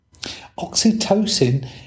Oxytocin